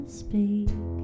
speak